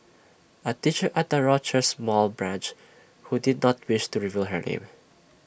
A teacher at the Rochester mall branch who did not wish to reveal her name